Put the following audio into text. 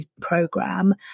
program